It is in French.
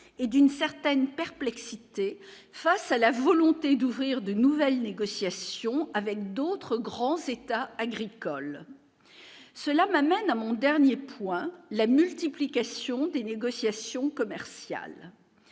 et d'une certaine perplexité face à la volonté d'ouvrir de nouvelles négociations avec d'autres grands c'est-à-agricole, cela m'amène à mon dernier point, la multiplication des négociations commerciales,